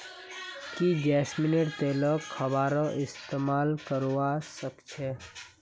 की जैस्मिनेर तेलक खाबारो इस्तमाल करवा सख छ